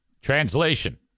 Translation